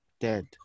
Dead